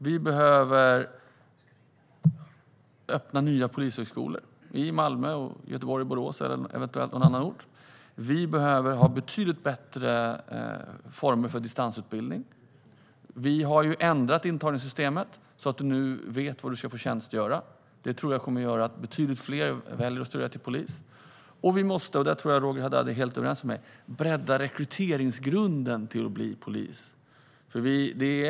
Vi behöver öppna nya polishögskolor, i Malmö, Göteborg och Borås, eventuellt på någon annan ort. Och vi behöver betydligt bättre former för distansutbildning. Vi har ändrat intagningssystemet så att man nu vet var man kommer att få tjänstgöra. Jag tror att det kommer att leda till att betydligt fler kommer att välja att studera till polis. Vi måste också bredda rekryteringsgrunden för att bli polis. Jag tror att Roger Haddad håller med mig om det.